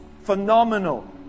phenomenal